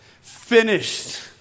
Finished